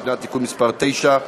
3. הצעת חוק-יסוד: משק המדינה (תיקון מס' 9)